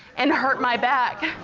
and hurt my back.